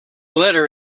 letter